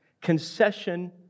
concession